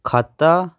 ਖਾਤਾ